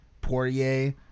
Poirier